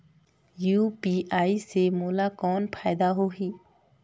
UPI से मोला कौन फायदा होही?